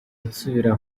nsubira